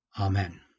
Amen